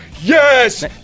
Yes